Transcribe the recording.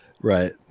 Right